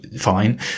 Fine